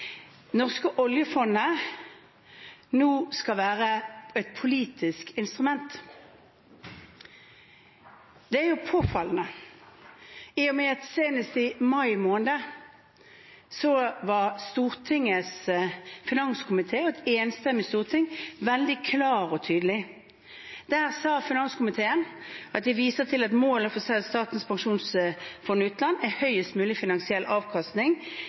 norske oljefondet nå skal være et politisk instrument. Det er påfallende i og med at senest i mai måned var Stortingets finanskomité og et enstemmig storting veldig klar og tydelig. Da skrev finanskomiteen at «målet for SPU er høyest mulig finansiell avkastning til akseptabel risiko.» Og videre at: